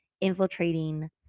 infiltrating